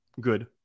good